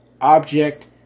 object